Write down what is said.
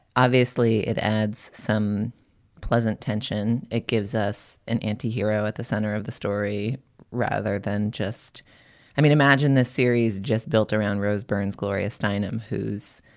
obviously, it adds some pleasant tension. it gives us an antihero at the center of the story rather than just i mean, imagine this series just built around rose berens, gloria steinem, who's